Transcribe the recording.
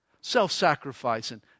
Self-sacrificing